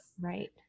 right